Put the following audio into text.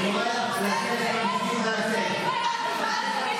אני קורא אותך לסדר פעם ראשונה.